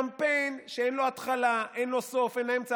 קמפיין שאין לו התחלה, אין לו סוף, אין לו אמצע.